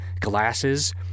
glasses